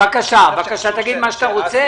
בבקשה, תגיד מה שאתה רוצה.